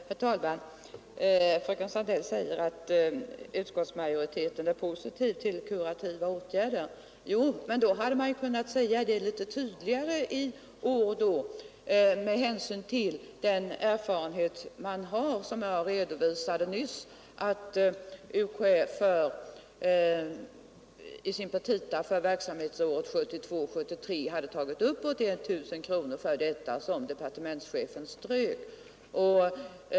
Herr talman! Fröken Sandell säger att utskottsmajoriteten är positiv till kurativa åtgärder. Jo, men då hade man ju kunnat säga det litet tydligare i år med hänsyn till den erfarenhet man har — som jag redovisade nyss — att UKÄ i sina petita för verksamhetsåret 1972/73 hade tagit upp 81000 för detta som departementchefen strök.